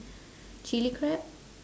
chili crab